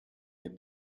der